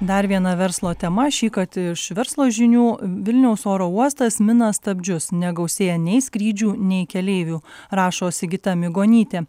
dar viena verslo tema šįkart iš verslo žinių vilniaus oro uostas mina stabdžius negausėja nei skrydžių nei keleivių rašo sigita migonytė